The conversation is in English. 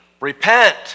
repent